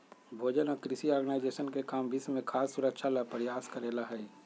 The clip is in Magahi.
भोजन और कृषि ऑर्गेनाइजेशन के काम विश्व में खाद्य सुरक्षा ला प्रयास करे ला हई